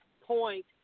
point